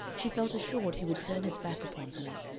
she felt assured he would turn his back upon her,